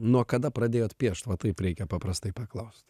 nuo kada pradėjot piešt va taip reikia paprastai paklaust